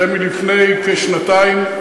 זה מלפני כשנתיים.